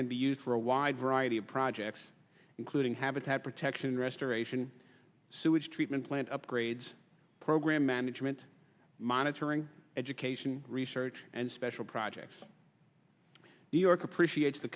can be used for a wide variety of projects including habitat protection restoration sewage treatment plant upgrades program management monitoring education research and special projects new york appreciates the